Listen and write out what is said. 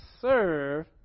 serve